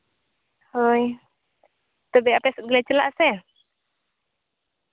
ᱦᱳᱭ ᱛᱚᱵᱮ ᱟᱯᱮ ᱥᱮᱫ ᱜᱮᱞᱮ ᱪᱟᱞᱟᱜᱼᱟ ᱥᱮ